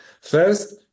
First